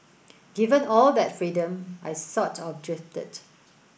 given all that freedom I sort of drifted